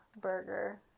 burger